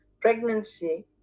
pregnancy